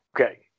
okay